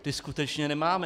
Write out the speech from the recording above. Ty skutečně nemáme.